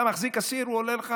אתה מחזיק אסיר, הוא עולה לך